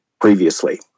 previously